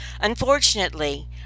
Unfortunately